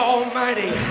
Almighty